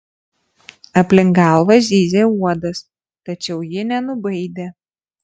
aplink galvą zyzė uodas tačiau ji nenubaidė